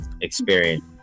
experience